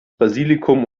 basilikum